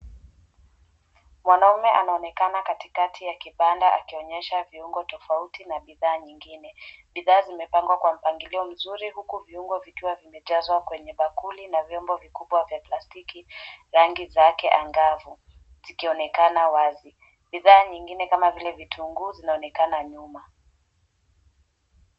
Mwanaume anaonekana katikati ya kibanda akionyesha viungo tofauti na bidhaa nyingine, bidhaa zimepangwa kwa mpangilio mzuri huku viungo vikiwa vimejazwa kwenye bakuli na vyombo vikubwa vya plastiki rangi zake angavu zikionekana wazi. Bidhaa vingine kama vile vitungu zinaonekana nyuma.